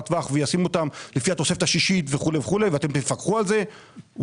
טווח וישים אותם לפי התוספת השישית וכו' וכו' ואתם תפקחו על זה - וואלה,